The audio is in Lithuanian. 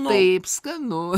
taip skanu